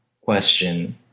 question